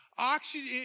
Oxygen